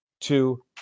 two